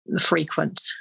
frequent